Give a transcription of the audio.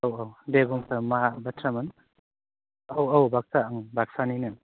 औ औ दे बुं सार मा बाथ्रामोन औ औ बाक्सा उम बाक्सानिनो